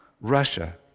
Russia